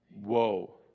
whoa